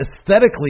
aesthetically